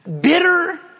bitter